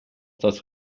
das